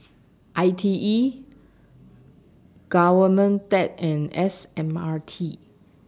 I T E Government Tech and S M R T